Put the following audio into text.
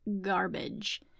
garbage